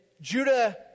Judah